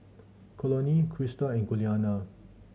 Conley Crista and Giuliana